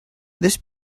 this